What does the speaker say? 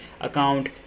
account